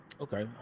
Okay